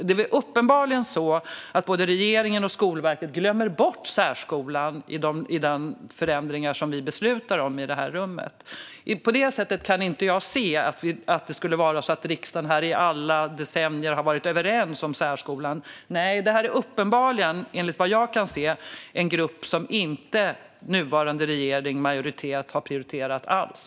Det är väl uppenbart så att både regeringen och Skolverket glömmer bort särskolan i de förändringar vi beslutar om i det här rummet. På det sättet kan jag inte se att det skulle vara så att riksdagen i alla decennier har varit överens om särskolan. Nej, enligt vad jag kan se är det uppenbarligen en grupp som nuvarande regering och majoritet inte har prioriterat alls.